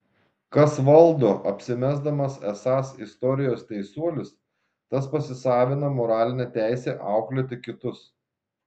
kas valdo apsimesdamas esąs istorijos teisuolis tas pasisavina moralinę teisę auklėti kitus